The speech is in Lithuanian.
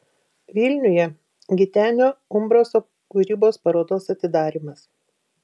vilniuje gitenio umbraso kūrybos parodos atidarymas